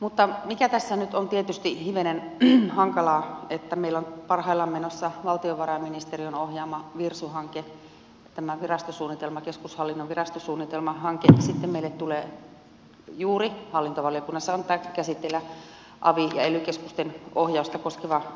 mutta tässä nyt on tietysti hivenen hankalaa se että meillä on parhaillaan menossa valtiovarainministeriön ohjaama virsu hanke tämä keskushallinnon virastosuunnitelmahanke ja sitten meille tulee avi ja ely keskusten ohjausta koskeva laki joka on juuri hallintovaliokunnassa käsiteltävänä